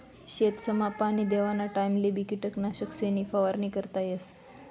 शेतसमा पाणी देवाना टाइमलेबी किटकनाशकेसनी फवारणी करता येस